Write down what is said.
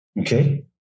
okay